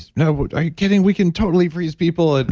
no, but are you kidding, we can totally freeze people, and